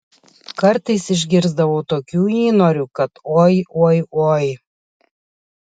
kartais išgirsdavau tokių įnorių kad oi oi oi